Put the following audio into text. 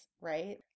right